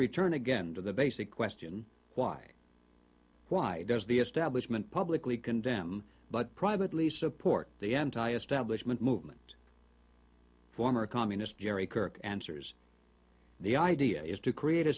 return again to the basic question why why does the establishment publicly condemn but privately support the anti establishment movement former communist jerry kirk answers the idea is to create a